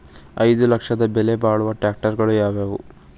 ಐದು ಲಕ್ಷದ ಬೆಲೆ ಬಾಳುವ ಟ್ರ್ಯಾಕ್ಟರಗಳು ಯಾವವು?